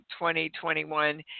2021